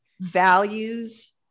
values